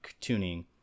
tuning